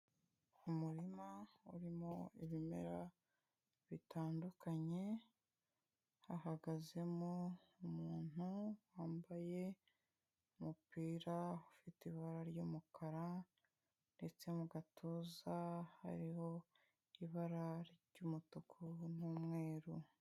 Umurima urimo ibimera bitandukanye, hahagazemo umuntu wambaye umupira ufite ibara ry'umukara ndetse mu gatuza hariho ibara ry'umutuku n'umweru.